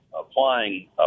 applying